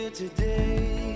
today